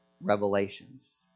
revelations